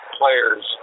players